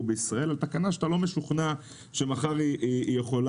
בישראל על תקנה שאתה לא משוכנע שמחר היא יכולה